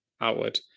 outward